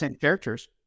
characters